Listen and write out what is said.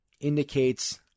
indicates